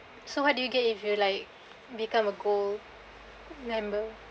so what did you get if you like become a gold member